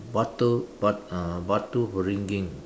batu bat~ uh Batu-Ferringhi